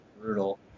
brutal